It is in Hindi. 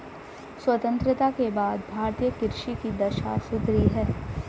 स्वतंत्रता के बाद भारतीय कृषि की दशा सुधरी है